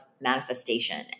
manifestation